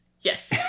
Yes